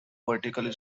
vertical